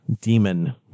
demon